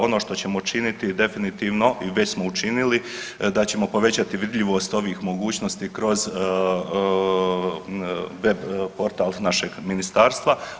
Ono što ćemo činiti je definitivno i već smo učinili da ćemo povećati vidljivost ovih mogućnosti kroz web portal našeg ministarstva.